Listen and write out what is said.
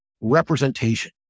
Representation